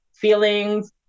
feelings